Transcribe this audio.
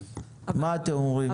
מה אתם אומרים?